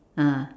ah